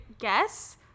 guess